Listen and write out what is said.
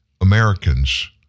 Americans